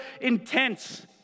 intense